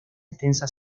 extensa